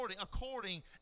according